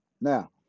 Now